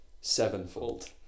Sevenfold